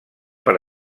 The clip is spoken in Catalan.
per